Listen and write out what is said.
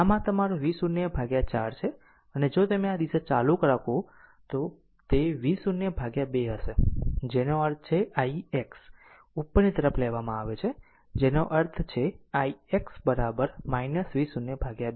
આમ આ તમારું V0 4 છે અને જો તમે આ દિશા ચાલુ કરો તો તે V0 2 હશે જેનો અર્થ છે ix ઉપરની તરફ લેવામાં આવે છે જેનો અર્થ છેix V0 2